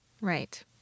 Right